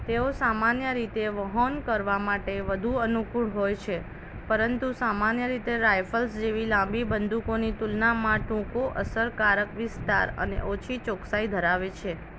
તેઓ સામાન્ય રીતે વહન કરવા માટે વધુ અનુકૂળ હોય છે પરંતુ સામાન્ય રીતે રાઇફલ્સ જેવી લાંબી બંદૂકોની તુલનામાં ટૂંકો અસરકારક વિસ્તાર અને ઓછી ચોકસાઈ ધરાવે છે